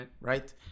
Right